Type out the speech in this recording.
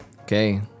Okay